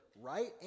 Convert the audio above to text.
right